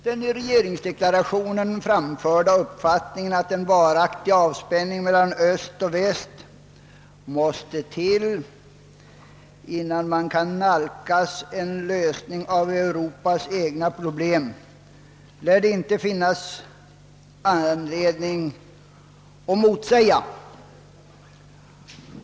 Den i regeringsdeklarationen framförda uppfattningen, att en varaktig avspänning mellan öst och väst måste till, innan man kan nalkas en lösning av Europas egna problem, lär det inte finnas anledning att motsäga.